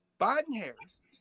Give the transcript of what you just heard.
Biden-Harris